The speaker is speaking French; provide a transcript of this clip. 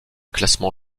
classement